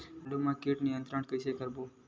आलू मा कीट नियंत्रण कइसे करबो?